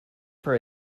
for